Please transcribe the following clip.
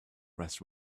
rest